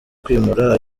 kwimura